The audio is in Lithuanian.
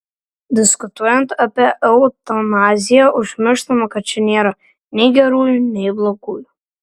diskutuojant apie eutanaziją užmirštama kad čia nėra nei gerųjų nei blogųjų